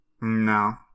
No